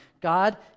God